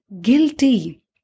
guilty